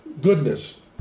goodness